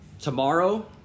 Tomorrow